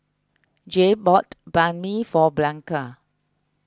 Jayde bought Banh Mi for Blanca